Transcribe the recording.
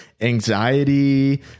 anxiety